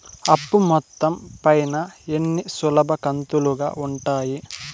అప్పు మొత్తం పైన ఎన్ని సులభ కంతులుగా ఉంటాయి?